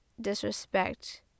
disrespect